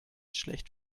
schlecht